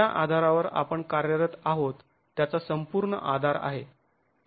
तर ज्या आधारावर आपण कार्यरत आहोत त्याचा संपूर्ण आधार आहे